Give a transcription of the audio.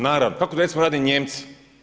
Naravno, kako recimo rade Nijemci?